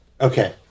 Okay